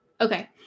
Okay